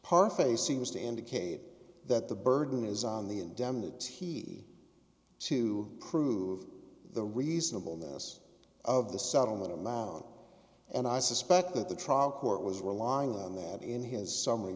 parfait seems to indicate that the burden is on the indemnities he to prove the reasonable ness of the settlement amount and i suspect that the trial court was relying on that in his s